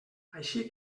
així